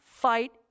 Fight